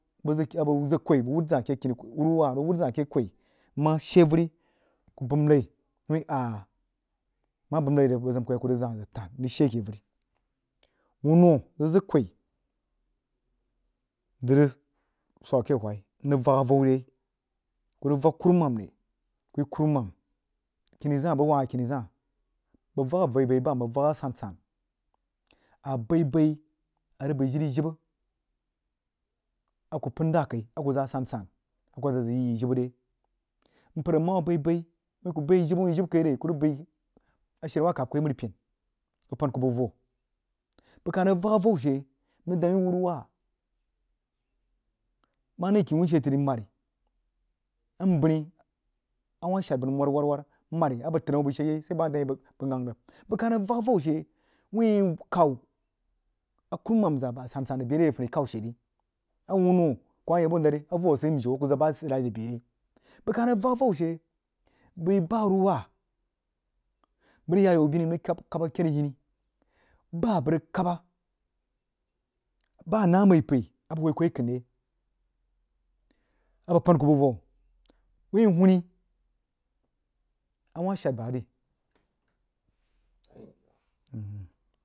Zəg kwi bəg wuhd zah keh kini kwoi wuruwah uig wuhd zah nmah she ke averi kuh bəm lai wui ahh nmah bəm lai rig bəg zəm koh yai kuh zəg zagh mzəg tam minj she ake veri whno rig zəg kwoi zəg rig swag ake whai mrig vak avou re kuh rig vak kurumam ri kuh yi kurumam kini zah bəg rig wah hah kini zah bəg va’k abaibai bam bəg vak a sansan abai- bai a rig bəg jin jibə a kuh pəin za kai a kuh zah a san- san gkuh dada zəg yi yi jibə re mpər mah baibai whin kuh bai jibə whin jibə kai re a she bah a kab kuh i aməripen bəg pan kuh bəg voh bəg kah rig vak avou she mrig dan yi wuruwah mah nəi kini wunshei tri mari a nbəni awah shad bəg nəm war war war mari a bəg təd a bəg she yai sai bəg nah dan yi bəg ghang rig bəg kah rig vak avou whin khaw a kurumam zah bah asan- san zəg bəa re re funishaw she ri whno mjiu a kuh zəg bah ajilai zəg bəa re bəg kah rig vak avou she bəi bah whruwah bəg rig yah ayaubini mrig khab akar hini bah a bəg rig khaba bah anah aməri pəi a bəg woi kuh yi kəin a bəg pan kuh bəg voh whi huuni a wah she bah ri.